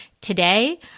Today